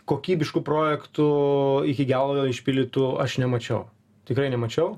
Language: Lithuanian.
kokybiškų projektų iki gelo išpildytų aš nemačiau tikrai nemačiau